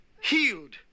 healed